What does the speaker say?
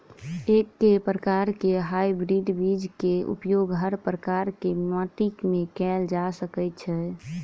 एके प्रकार केँ हाइब्रिड बीज केँ उपयोग हर प्रकार केँ माटि मे कैल जा सकय छै?